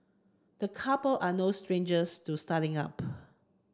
the couple are no strangers to starting up